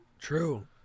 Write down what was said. True